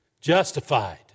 justified